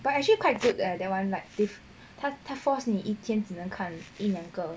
but actually quite good eh that one like 他 force 你一天只能看一两个